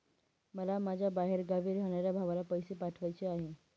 मला माझ्या बाहेरगावी राहणाऱ्या भावाला पैसे पाठवायचे आहे